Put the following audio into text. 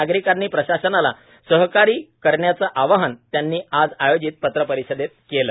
नागरिकांनी प्रशासनाला सहकारी करण्याचं आवाहन त्यांनी आज आयोजित पत्र परिषदेत केलं